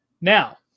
Now